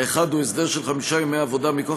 האחד הוא שההסדר של חמישה ימי עבודה מכוח